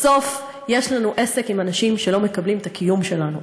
בסוף יש לנו עסק עם אנשים שלא מקבלים את הקיום שלנו.